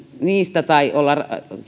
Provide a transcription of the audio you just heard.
niistä tai olla